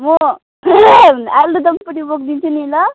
म आलुदम पुरी बोकिदिन्छु नि ल